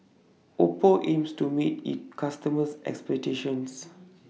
Oppo aims to meet its customers' expectations